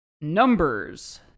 Numbers